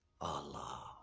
Allah